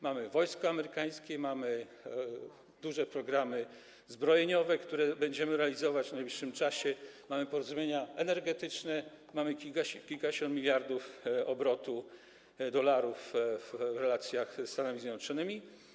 Mamy wojsko amerykańskie, mamy duże programy zbrojeniowe, które będziemy realizować w najbliższym czasie, mamy porozumienia energetyczne, mamy obrót w wysokości kilkudziesięciu miliardów dolarów w relacjach ze Stanami Zjednoczonymi.